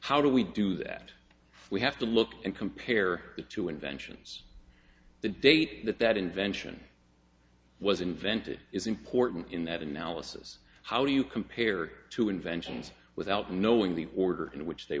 how do we do that we have to look and compare it to inventions the date that that invention was invented is important in that analysis how do you compare two inventions without knowing the order in which they